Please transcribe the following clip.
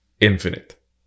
infinite